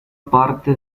parte